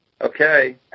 Okay